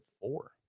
four